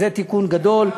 זה תיקון גדול.